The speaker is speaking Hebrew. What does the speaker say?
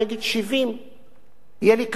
יהיה לי קשה להעביר את זה בממשלה,